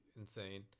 insane